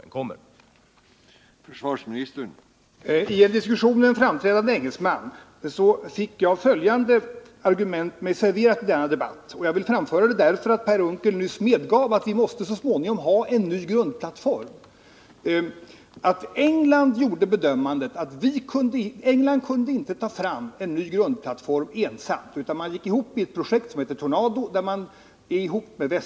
Är det inte lika gott, herr försvarsminister, att erkänna att det billigaste, bästa och säkraste alternativet hade varit att bibehålla handlingsfriheten genom att beställa SK 38/A 38 och därigenom dessutom ge det svenska försvaret ett utomordentligt bra övergångsplan till dess vi får den nya enhetsplattformen.